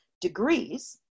degrees